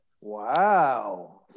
wow